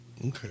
Okay